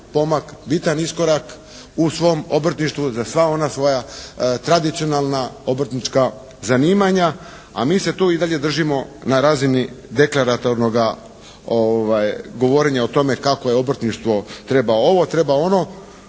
bitan iskorak u svom obrtništvu za sva ona svoja tradicionalna obrtnička zanimanja. A mi se tu i dalje držimo na razini deklaratornoga govorenja kako je obrtništvo treba ovo, treba ono.